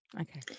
okay